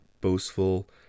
boastful